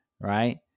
Right